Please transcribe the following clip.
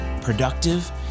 productive